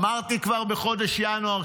אמרתי כבר בחודש ינואר,